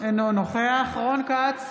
אינו נוכח רון כץ,